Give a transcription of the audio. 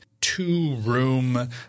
two-room